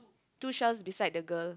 two shells beside the girl